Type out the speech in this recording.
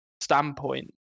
standpoint